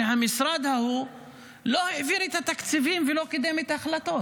שהמשרד ההוא לא העביר את התקציבים ולא קידם את ההחלטות.